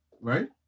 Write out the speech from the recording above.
right